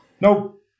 Nope